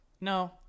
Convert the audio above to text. no